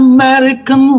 American